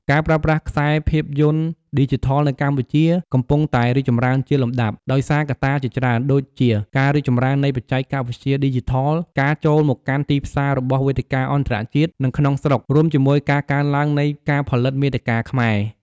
ការប្រើប្រាស់ខ្សែភាពយន្តឌីជីថលនៅកម្ពុជា កំពុងតែរីកចម្រើនជាលំដាប់ ដោយសារកត្តាជាច្រើន ដូចជា ការរីកចម្រើននៃបច្ចេកវិទ្យាឌីជីថល ការចូលមកកាន់ទីផ្សាររបស់វេទិកាអន្តរជាតិ និងក្នុងស្រុក រួមជាមួយការកើនឡើងនៃការផលិតមាតិកាខ្មែរ។